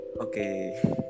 Okay